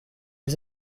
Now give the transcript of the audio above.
les